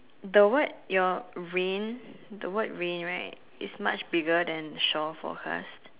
the word your rain the word rain right is much bigger than shore forecast